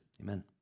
amen